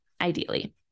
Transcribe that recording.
ideally